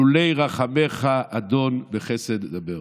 לולא רחמיך אדון בחסד דבר".